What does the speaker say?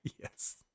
Yes